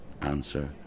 answer